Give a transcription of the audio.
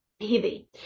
Heavy